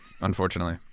Unfortunately